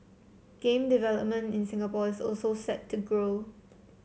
game development in Singapore is also set to grow